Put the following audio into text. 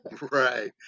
Right